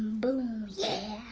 boom, yeah.